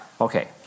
Okay